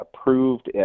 approved